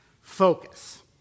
focus